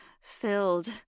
filled